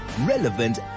relevant